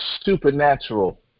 supernatural